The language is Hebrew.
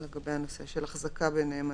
אלא לגבי הנושא של החזקה בנאמנות.